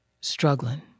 struggling